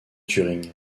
turing